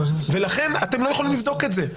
לכן אתם לא יכולים לבדוק את זה.